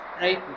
right